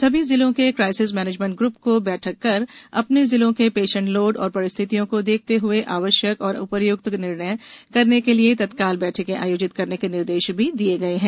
सभी जिलों के क्राइसिस मैनेजमेंट ग्रुप को बैठक कर अपने जिलों के पेशेंट लोड और परिस्थितियों को देखते हुए आवश्यक और उपयुक्त निर्णय करने के लिए तत्काल बैठकें आयोजित करने के निर्देश भी दिए गए हैं